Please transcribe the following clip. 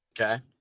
okay